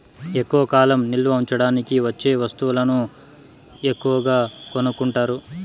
ఎక్కువ కాలం నిల్వ ఉంచడానికి వచ్చే వస్తువులను ఎక్కువగా కొనుక్కుంటారు